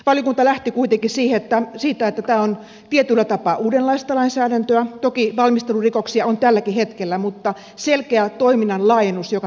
valiokunta lähti kuitenkin siitä että tämä on tietyllä tapaa uudenlaista lainsäädäntöä toki valmistelurikoksia on tälläkin hetkellä mutta selkeä toiminnan laajennus joka tapauksessa